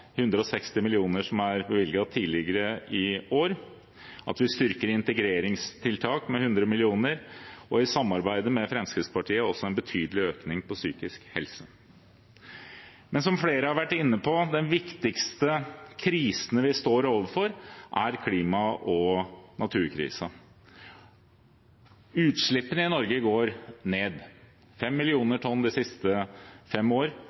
160 mill. kr som er bevilget tidligere i år. Vi styrker integreringstiltak med 100 mill. kr, og i samarbeidet med Fremskrittspartiet er det også en betydelig økning på psykisk helse. Som flere har vært inne på, er den viktigste krisen vi står overfor, klima- og naturkrisen. Utslippene i Norge går ned – med 5 millioner tonn de siste fem